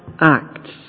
acts